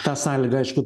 ta sąlyga aišku